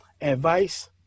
Advice